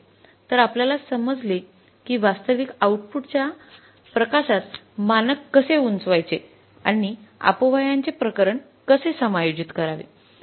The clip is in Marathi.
तर आपल्याला समजले की वास्तविक आउटपुटच्या प्रकाशात मानक कसे उंचावायचे आणि अपव्ययांचे प्रकरण कसे समायोजित करावे